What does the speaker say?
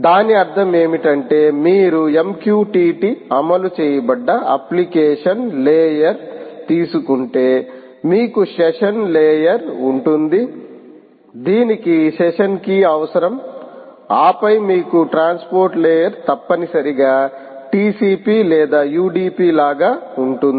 దాని అర్థం ఏమిటంటే మీరు MQTT అమలు చేయబడ్డ అప్లికేషన్ లేయర్ తీసుకుంటే మీకు సెషన్ లేయర్ ఉంటుంది దీనికి సెషన్ కీ అవసరం ఆపై మీకు ట్రాన్స్పోర్ట్ లేయర్ తప్పనిసరిగా TCP లేదా UDP లాగా ఉంటుంది